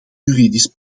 juridisch